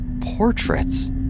portraits